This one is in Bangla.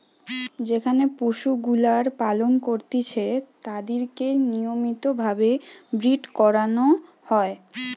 যেখানে পশুগুলার পালন করতিছে তাদিরকে নিয়মিত ভাবে ব্রীড করানো হয়